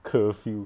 curfew